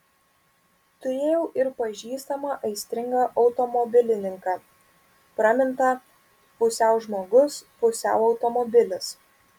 turėjau ir pažįstamą aistringą automobilininką pramintą pusiau žmogus pusiau automobilis